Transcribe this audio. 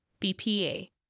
BPA